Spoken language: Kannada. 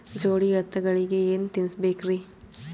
ಜೋಡಿ ಎತ್ತಗಳಿಗಿ ಏನ ತಿನಸಬೇಕ್ರಿ?